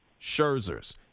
Scherzer's